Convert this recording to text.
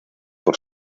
por